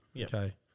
okay